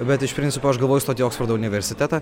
bet iš principo aš galvoju stoti į oksfordo universitetą